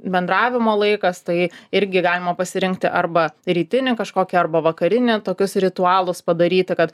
bendravimo laikas tai irgi galima pasirinkti arba rytinį kažkokią arba vakarinę tokius ritualus padaryti kad